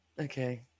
Okay